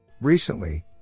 Recently